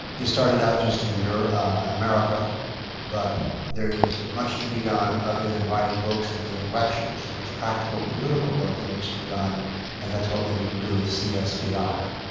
it started out just in america but there is much to be done other than writing books and giving lectures. there's practical political work that needs to be done and that's what we need to do it cspi